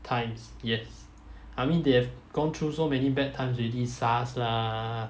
times yes I mean they have gone through so many bad times already SARS lah